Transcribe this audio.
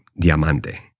Diamante